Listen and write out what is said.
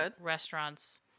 restaurants